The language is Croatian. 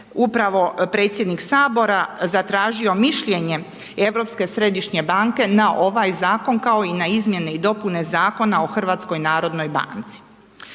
upravo predsjednik Sabora zatražio mišljenje Europske središnje banke na ovaj zakon kao i na izmjene i dopune Zakona o HNB-u. Također, Državni